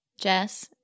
Jess